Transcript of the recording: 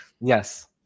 yes